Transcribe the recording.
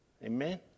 Amen